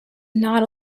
not